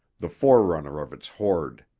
the forerunner of its horde.